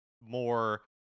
more